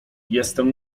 jestem